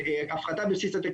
הפחתה בבסיס התקציב.